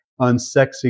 unsexy